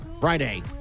Friday